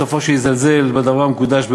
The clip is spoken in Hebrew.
סופו שיזלזל בדבר המקודש ביותר,